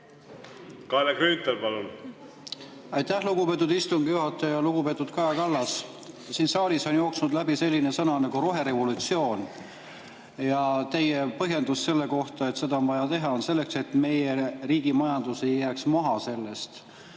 tekkida tagasiminek. Aitäh, lugupeetud istungi juhataja! Lugupeetud Kaja Kallas! Siin saalis on jooksnud läbi selline sõna nagu "roherevolutsioon". Teie põhjendus selle kohta, et seda on vaja teha, on see: selleks et meie riigi majandus ei jääks maha.